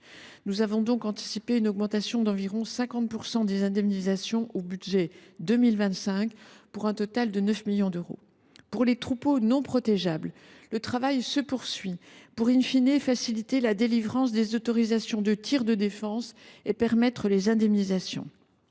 Nous avons donc anticipé une augmentation d’environ 50 % des indemnisations dans le budget 2025, pour un total de 9 millions d’euros. Pour les troupeaux non protégeables, le travail se poursuit pour faciliter la délivrance des autorisations de tirs de défense et permettre les indemnisations.